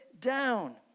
down